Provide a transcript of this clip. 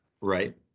Right